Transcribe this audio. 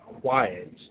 quiet